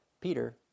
Peter